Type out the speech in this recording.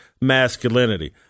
masculinity